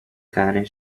cane